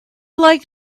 like